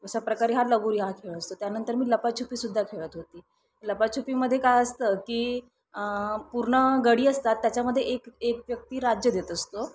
अशा प्रकारे हा लगोरी हा खेळ असतो त्यानंतर मी लपाछुपीसुद्धा खेळत होती लपाछुपीमध्ये काय असतं की पूर्ण गडी असतात त्याच्यामध्ये एक एक व्यक्ती राज्य देत असतो